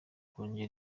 kongera